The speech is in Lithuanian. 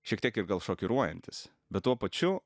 šiek tiek ir gal šokiruojantis bet tuo pačiu